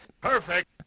Perfect